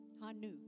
Hanu